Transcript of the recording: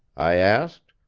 i asked.